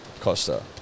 Costa